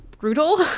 brutal